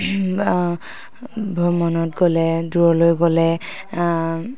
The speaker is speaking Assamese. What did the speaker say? ভ্ৰমণত গ'লে দূৰলৈ গ'লে